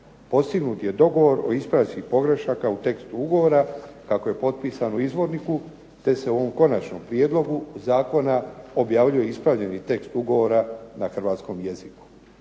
postignut je dogovor o ispravci pogrešaka u tekstu ugovora kako je potpisano u izvorniku te se u ovom konačnom prijedlogu zakona objavljuje ispravljeni tekst ugovora na hrvatskom jeziku.